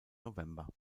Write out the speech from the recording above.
november